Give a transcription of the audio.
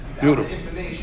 Beautiful